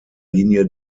linie